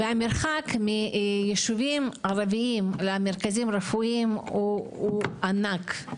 המרחק מיישובים ערבים למרכזים רפואיים הוא ענק,